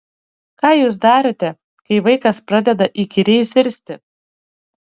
ką jūs darote kai vaikas pradeda įkyriai zirzti